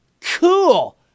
Cool